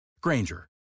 Granger